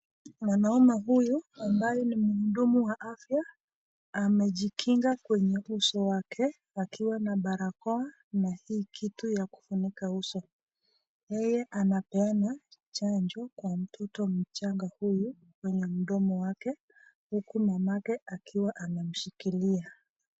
Mwanaume huyu ambaye ni mhudumu wa afya amejikinga kwenye uso wake akiwa na barakoa na hii kitu ya kufunika uso , yeye anapeana chanjo kwa mtoto mchanga huyu ana mdomo wake huku mamake akiwa amemshikilia.